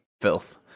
filth